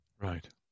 Right